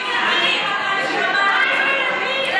מה עם הילדים?